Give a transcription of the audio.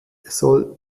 soll